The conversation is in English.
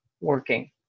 working